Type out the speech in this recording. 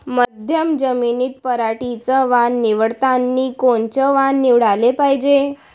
मध्यम जमीनीत पराटीचं वान निवडतानी कोनचं वान निवडाले पायजे?